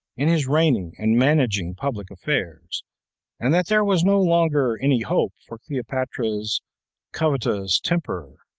in his reigning and managing public affairs and that there was no longer any hope for cleopatra's covetous temper,